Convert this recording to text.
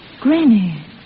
Granny